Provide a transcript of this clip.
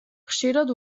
ხშირად